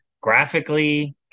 graphically